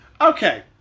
Okay